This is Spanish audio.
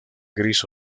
gris